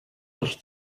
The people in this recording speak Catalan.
als